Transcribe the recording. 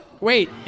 Wait